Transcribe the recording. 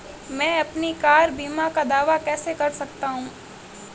मैं अपनी कार बीमा का दावा कैसे कर सकता हूं?